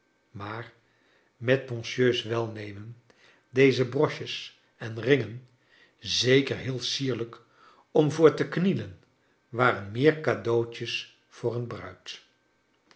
maar met monsieur's welmeenen deze broches en ringen zeker heel sierlijk om voor te knielen waren meer cadeautjes voor een bruid